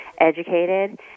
educated